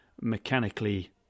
mechanically